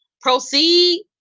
proceed